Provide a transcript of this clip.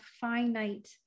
finite